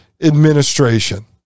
Administration